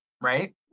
right